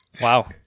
Wow